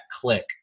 click